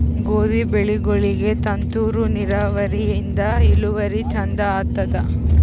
ಗೋಧಿ ಬೆಳಿಗೋಳಿಗಿ ತುಂತೂರು ನಿರಾವರಿಯಿಂದ ಇಳುವರಿ ಚಂದ ಆತ್ತಾದ?